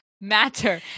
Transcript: matter